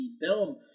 film